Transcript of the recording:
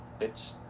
bitch